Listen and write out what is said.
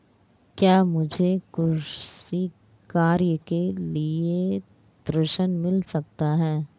क्या मुझे कृषि कार्य के लिए ऋण मिल सकता है?